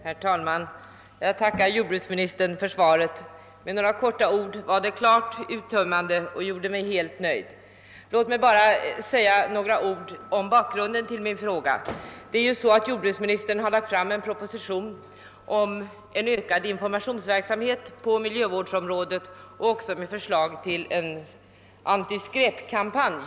Herr talman! Jag tackar jordbruksministern för svaret. Med några korta ord var det klart uttömmande och gjorde mig helt nöjd. Låt mig bara säga några ord om bakgrunden till min fråga. Jordbruksministern har ju lagt fram en proposition om ökad informations verksamhet på miljövårdsområdet och också med förslag till en antiskräpkampanj.